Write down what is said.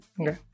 Okay